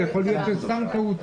זה יכול להיות סתם טעות סופר.